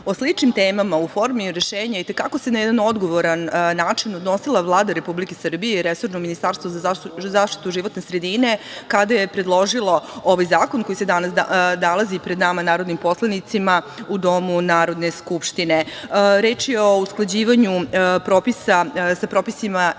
sličnim temama u formi rešenja i te kako se na jedan odgovoran način odnosila Vlada Republike Srbije i resorno Ministarstvo za zaštitu životne sredine kada je predložilo ovaj zakon koji se danas nalazi pred nama narodnim poslanicima u Domu Narodne skupštine. Reč je o usklađivanju propisa sa propisima EU